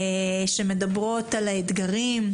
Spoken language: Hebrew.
שמדברות על האתגרים,